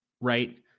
right